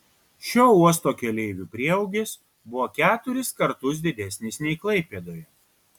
šio uosto keleivių prieaugis buvo keturis kartus didesnis nei klaipėdoje